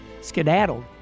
skedaddled